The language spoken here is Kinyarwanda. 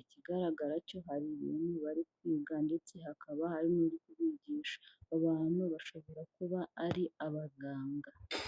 ikigaragara cyo hari ibintu bari kwiga ndetse hakaba hari nuri kubigisha, abantu bashobora kuba ari abaganga.